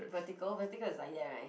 vertical vertical is like that right